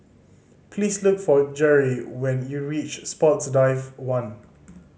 please look for Jere when you reach Sports Drive One